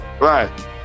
Right